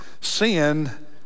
Sin